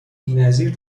بینظیر